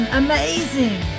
amazing